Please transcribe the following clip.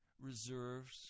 reserves